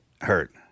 hurt